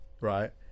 right